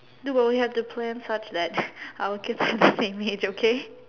dude but we have to plan such that our kids are the same age okay